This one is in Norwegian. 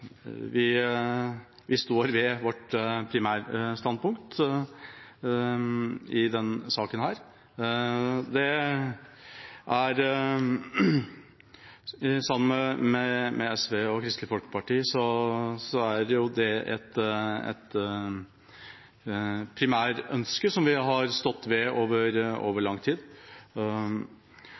Vi står ved vårt primærstandpunkt i saken. Sammen med SV og Kristelig Folkeparti er dette et primærønske som vi har stått ved over lang tid.